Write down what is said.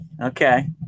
Okay